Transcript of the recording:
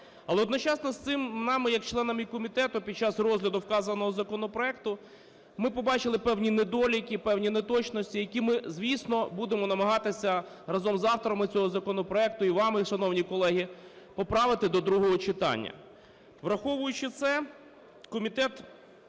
Але одночасно із цим нами к членами комітету під час розгляду вказаного законопроекту ми побачили певні недоліки, певні неточності, які ми, звісно, будемо намагатися разом з авторами цього законопроекту і вами, шановні колеги, поправити до другого читання. Враховуючи це, Комітет